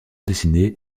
dessinée